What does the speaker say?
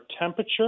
temperature